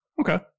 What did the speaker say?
Okay